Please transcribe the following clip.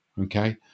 Okay